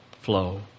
flow